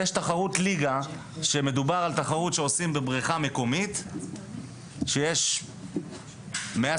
ויש תחרות ליגה שעושים בבריכה מקומית שיש 100,